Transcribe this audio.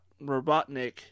Robotnik